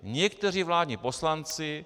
Někteří vládní poslanci.